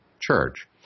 Church